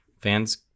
fans